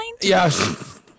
Yes